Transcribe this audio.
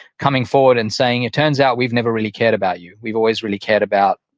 coming forward and saying, it turns out we've never really cared about you. we've always really cared about